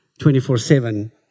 24-7